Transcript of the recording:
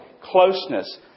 closeness